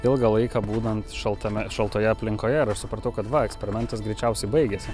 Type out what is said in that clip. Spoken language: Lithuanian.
ilgą laiką būnant šaltame šaltoje aplinkoje ir aš supratau kad va eksperimentas greičiausiai baigėsi